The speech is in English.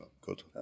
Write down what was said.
good